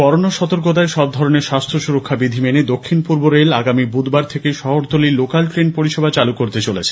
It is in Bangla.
করোনা সতর্কতায় সব ধরনের স্বাস্থ্যসুরক্ষা বিধি মেনে দক্ষিণ পূর্ব রেল আগামী বুধবার থেকে শহরতলীর লোকাল ট্রেন পরিষেবা চালু করতে চলেছে